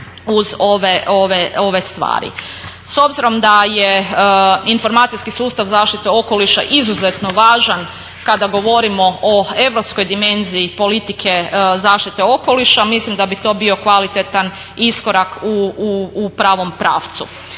uz ove stvari. S obzirom da je informacijski sustav zaštite okoliša izuzetno važan kada govorimo o europskoj dimenziji politike zaštite okoliša mislim da bi to bio kvalitetan iskorak u pravom pravcu.